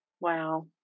Wow